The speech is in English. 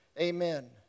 Amen